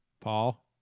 paul